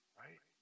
right